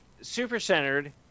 super-centered